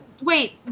wait